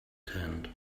tent